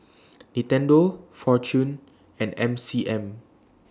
Nintendo Fortune and M C M